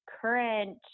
current